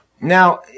Now